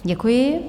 Děkuji.